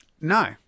No